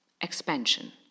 Expansion